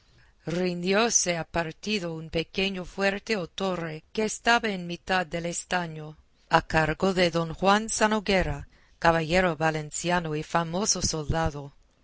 rindióse a partido un pequeño fuerte o torre que estaba en mitad del estaño a cargo de don juan zanoguera caballero valenciano y famoso soldado